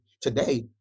today